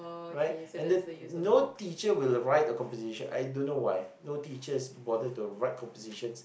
right and the no teacher will write a composition I don't know why no teachers bother to write compositions